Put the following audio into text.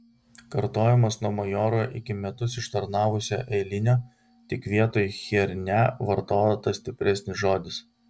kartojamas nuo majoro iki metus ištarnavusio eilinio tik vietoj chiernia vartotas stipresnis žodis